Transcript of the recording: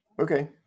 Okay